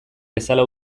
bezala